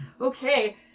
Okay